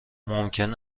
ممکن